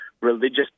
religious